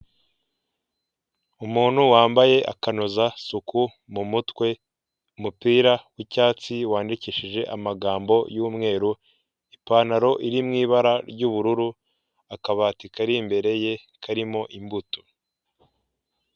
Urupapuro rusa ubururu ruriho intoki ziri kwandika kuri mudasobwa, hariho amagambo avuga ngo uburyo ki wakohereza ibintu kuri murandasi, ukoresheje mudasobwa.